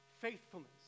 faithfulness